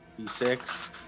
d6